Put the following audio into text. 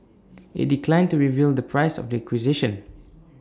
IT declined to reveal the price of the acquisition